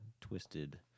twisted